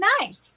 nice